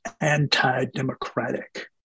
anti-democratic